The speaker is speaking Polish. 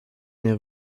nie